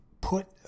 put